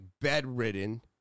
bedridden